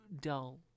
dull